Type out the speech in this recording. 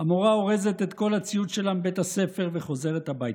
המורה אורזת את כל הציוד שלה מבית הספר וחוזרת הביתה,